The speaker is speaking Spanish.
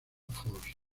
force